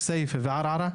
כסייפה וערערה,